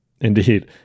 Indeed